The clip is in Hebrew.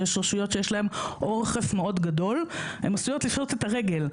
שעשויות לפשוט את הרגל,